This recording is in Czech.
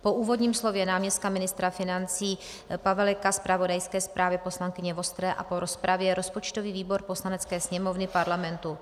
Po úvodním slově náměstka ministra financí Paveleka, zpravodajské zprávě poslankyně Vostré a po rozpravě rozpočtový výbor Poslanecké sněmovny Parlamentu